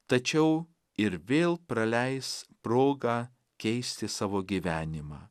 tačiau ir vėl praleis progą keisti savo gyvenimą